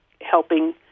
helping